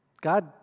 God